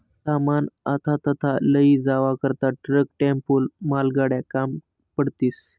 सामान आथा तथा लयी जावा करता ट्रक, टेम्पो, मालगाड्या काम पडतीस